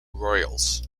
royals